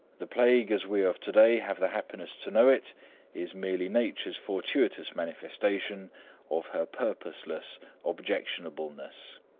the plague as we of to-day have the happiness to know it is merely nature's fortuitous manifestation of her purposeless objectionableness.